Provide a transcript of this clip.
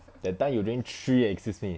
that time you drink three eh excuse me